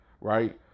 right